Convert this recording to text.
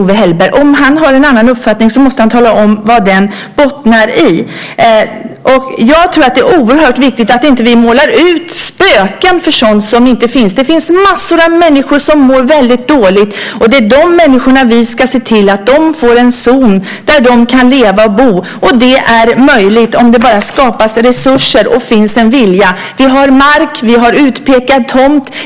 Om Owe Hellberg har en annan uppfattning måste han tala om vad den bottnar i. Jag tror att det är oerhört viktigt att vi inte målar ut spöken som inte finns. Det finns massor av människor som mår väldigt dåligt, och det är för de människorna vi ska se till att de får en zon där de kan leva och bo. Det är möjligt om det bara skapas resurser och finns en vilja. Vi har mark. Vi har utpekad tomt.